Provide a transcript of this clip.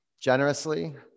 generously